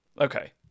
Okay